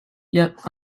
yet